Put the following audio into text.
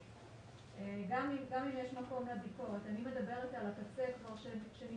גם אם יש מקום לביקורת, אני מדברת על מה שמתקדם.